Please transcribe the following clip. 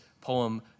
poem